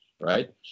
right